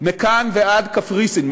מכאן ועד קפריסין,